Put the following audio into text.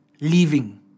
living